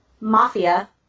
mafia